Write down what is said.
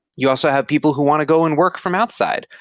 you also have people who want to go and work from outside.